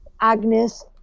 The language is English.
Agnes